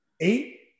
Eight